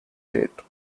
date